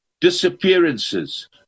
disappearances